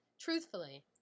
Truthfully